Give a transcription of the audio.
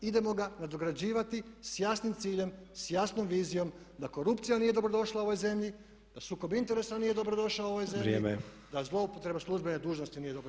Idemo ga nadograđivati sa jasnim ciljem, s jasnom vizijom da korupcija nije dobrodošla u ovoj zemlji, da sukob interesa nije dobrodošao u ovoj zemlji, da zloupotreba službene dužnosti nije dobro